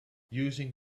using